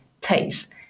taste